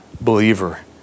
believer